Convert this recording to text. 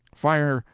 fire,